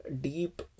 deep